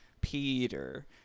Peter